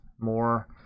more